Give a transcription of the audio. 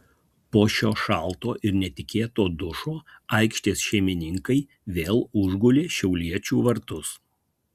po šio šalto ir netikėto dušo aikštės šeimininkai vėl užgulė šiauliečių vartus